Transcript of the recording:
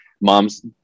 Moms